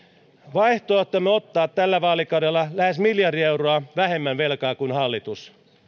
vaihtoehtomme ottaa tällä vaalikaudella velkaa lähes miljardi euroa vähemmän kuin hallitus